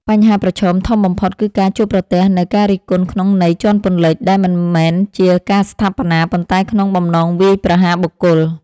បញ្ហាប្រឈមធំបំផុតគឺការជួបប្រទះនូវ ការរិះគន់ក្នុងន័យជាន់ពន្លិច ដែលមិនមែនជាការស្ថាបនា ប៉ុន្តែក្នុងបំណងវាយប្រហារបុគ្គល។